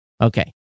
Okay